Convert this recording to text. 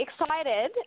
excited